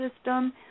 system